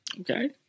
Okay